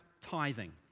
tithing